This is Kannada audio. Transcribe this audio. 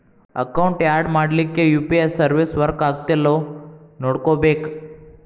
ಅಕೌಂಟ್ ಯಾಡ್ ಮಾಡ್ಲಿಕ್ಕೆ ಯು.ಪಿ.ಐ ಸರ್ವಿಸ್ ವರ್ಕ್ ಆಗತ್ತೇಲ್ಲೋ ನೋಡ್ಕೋಬೇಕ್